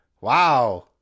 Wow